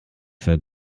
für